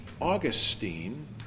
Augustine